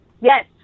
Yes